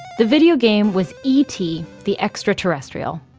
the video game was, e t. the extraterrestrial.